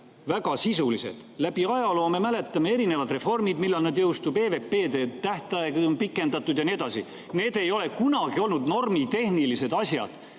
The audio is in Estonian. väga sisulised. Läbi ajaloo, me mäletame, erinevad reformid millal jõustuvad, EVP-de tähtaega on pikendatud ja nii edasi. Need ei ole kunagi olnud normitehnilised asjad,